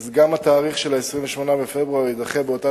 אז גם התאריך 28 בפברואר 2012 יידחה באותה